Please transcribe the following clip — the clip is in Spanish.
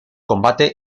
combate